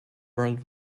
world